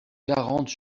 quarante